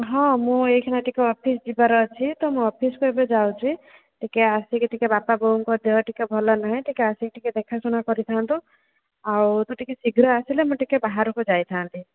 ହଁ ମୁଁ ଏହିଖିଣା ଟିକେ ଅଫିସ ଯିବାର ଅଛି ତ ମୁଁ ଅଫିସକୁ ଏବେ ଯାଉଛି ଟିକେ ଆସିକି ଟିକେ ବାପା ବୋଉଙ୍କ ଦେହ ଟିକେ ଭଲ ନାହିଁ ଟିକେ ଆସିକି ଟିକେ ଦେଖାସୁଣା କରିଥାନ୍ତୁ ଆଉ ତୁ ଟିକେ ଶୀଘ୍ର ଆସିଲେ ମୁଁ ଟିକେ ବାହାରକୁ ଯାଇଥାନ୍ତି